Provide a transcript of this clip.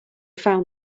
found